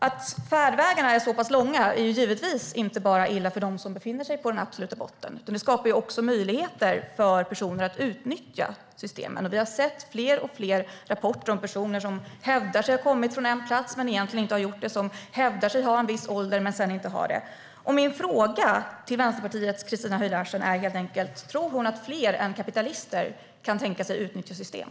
Att färdvägarna är så pass långa är illa, inte bara för dem som befinner sig på den absoluta botten; det skapar också möjligheter för personer att utnyttja systemen. Vi har sett allt fler rapporter om personer som hävdat att de kommit från en viss plats men som egentligen inte har gjort det. Vi har sett rapporter om personer som hävdat att de är i en viss ålder, men som det sedan visar sig inte vara det. Min fråga till Vänsterpartiets Christina Höj Larsen är helt enkelt: Tror hon att fler än kapitalister kan tänka sig att utnyttja system?